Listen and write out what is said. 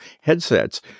headsets